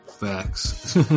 Facts